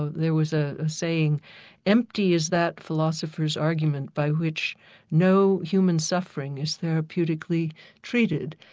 there was a saying empty is that philosopher's argument by which no human suffering is therapeutically treated,